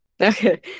okay